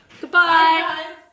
Goodbye